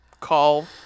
call